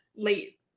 late